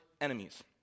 enemies